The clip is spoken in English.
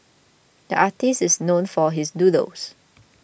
the artist is known for his doodles